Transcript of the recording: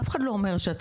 אף אחד לא אומר שהצבא,